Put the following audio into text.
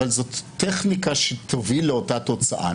אבל זאת טכניקה שתוביל לאותה תוצאה.